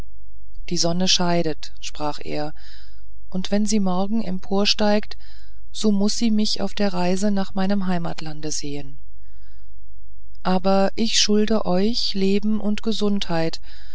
die sonne scheidet sprach er und wenn sie morgen emporsteigt so muß sie mich auf der reise nach meinem heimatlande sehen aber ich schulde euch leben und gesundheit